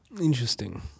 Interesting